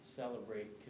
celebrate